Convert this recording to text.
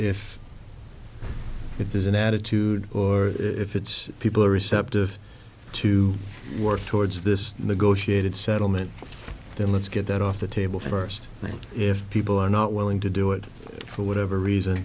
if if there's an attitude or if it's people are receptive to work towards this negotiated settlement then let's get that off the table first if people are not willing to do it for whatever reason